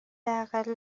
اقل